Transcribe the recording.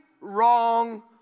wrong